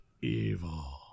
Evil